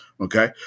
okay